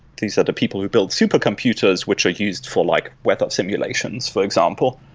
these are the people who build super computers which are used for like weather simulations, for example,